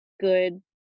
good